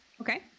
Okay